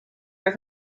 are